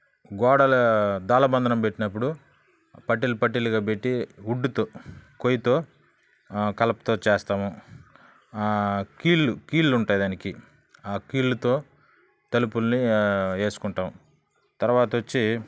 గోడల ద్వారబంధం పెట్టినప్పుడు పట్టీలు పట్టీలుగా పెట్టి ఉడ్డుతో కొయ్యతో కలపతో చేస్తాము కీళ్ళు కీళ్ళు ఉంటాయి దానికి ఆ కీళ్ళుతో తలుపులని వేసుకుంటాం తర్వాత వచ్చి